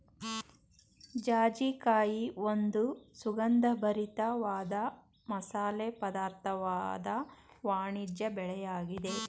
ಜಾಜಿಕಾಯಿ ಒಂದು ಸುಗಂಧಭರಿತ ವಾದ ಮಸಾಲೆ ಪದಾರ್ಥವಾದ ವಾಣಿಜ್ಯ ಬೆಳೆಯಾಗಿದೆ